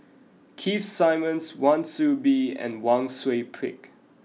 Keith Simmons Wan Soon Bee and Wang Sui Pick